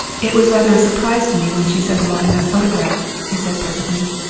it was rather a surprise to me when she sent along that photograph, he said presently.